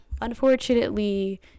unfortunately